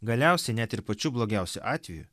galiausiai net ir pačiu blogiausiu atveju